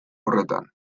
horretan